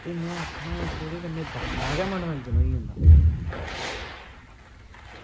ते में आक्खना कि ओह्दे कन्नै एह् इक्क बक्खरा गै मनोरंजन होई जंदा